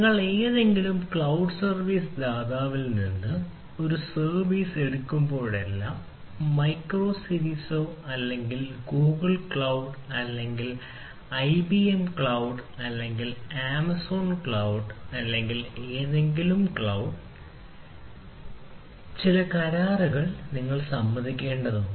നിങ്ങൾ ഏതെങ്കിലും cloud service ദാതാവിൽ നിന്ന് ഒരു സർവീസ് എടുക്കുമ്പോഴെല്ലാം മൈക്രോസിരിസിയോ അല്ലെങ്കിൽ ഗൂഗിൾ ക്ലൌഡ് അല്ലെങ്കിൽ ഐബിഎം ക്ലൌഡ് അല്ലെങ്കിൽ ആമസോൺ ക്ലൌഡ് അല്ലെങ്കിൽ ഏതെങ്കിലും ക്ലൌഡ് ചില കരാറുകളിൽ നിങ്ങൾ സമ്മതിക്കേണ്ടതുണ്ട്